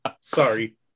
Sorry